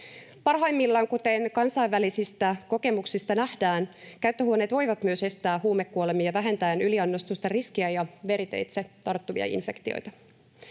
Parhaimmillaan, kuten kansainvälisistä kokemuksista nähdään, käyttöhuoneet voivat myös estää huumekuolemia vähentäen yliannostusten riskiä ja veriteitse tarttuvia infektioita.